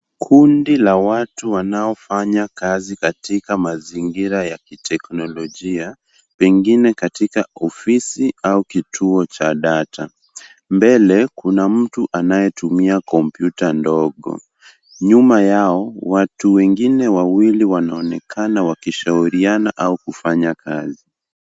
Kundi la watu wanaofanya kazi katika mazingira ya kiteknolojia, pengine katika ofisi au kituo cha data. Mbele, kuna mtu anayetumia kompyuta ndogo. Nyuma yao, watu wengine wawili wanaonekana wakishauriana au kufanya kazi.